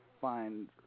find